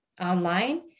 online